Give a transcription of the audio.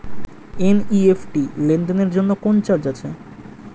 NEFT লেনদেনের জন্য কোন চার্জ আছে?